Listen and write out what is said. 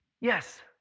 yes